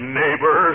neighbor